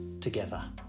together